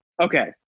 Okay